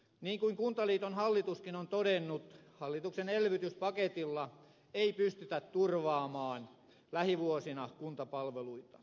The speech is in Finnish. niin kuin kuntaliiton hallituskin on todennut hallituksen elvytyspaketilla ei pystytä turvaamaan lähivuosina kuntapalveluita